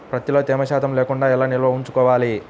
ప్రత్తిలో తేమ శాతం లేకుండా ఎలా నిల్వ ఉంచుకోవాలి?